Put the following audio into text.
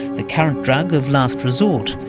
the current drug of last resort.